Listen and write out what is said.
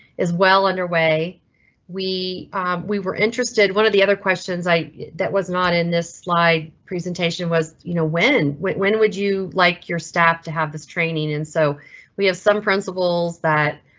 is well underway we we were interested one of the other questions that was not in this slide presentation was you know when when when would you like your staff to have this training and so we have some principles that